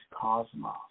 cosmos